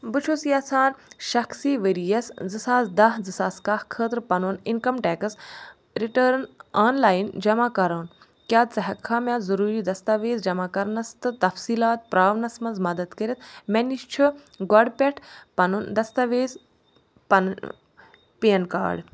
بہٕ چھُس یَژھان شخصی ؤرۍیَس زٕ ساس دَہ زٕ ساس کاہ خٲطرٕ پنُن income tax return online جمع کَرُن کیٛاہ ژٕ ہٮ۪کٕکھا مےٚ ضروٗری دستاویز جمع کَرنس تہٕ تفصیٖلات پرٛاونس منٛز مدد کٔرتھ مےٚ نِش چھُ گۄڈٕ پٮ۪ٹھٕ پنُن دستاویز پنُن پین کارڈ